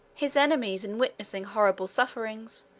his enemies in witnessing horrible sufferings,